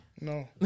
No